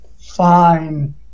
fine